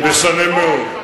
זה משנה מאוד.